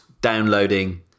downloading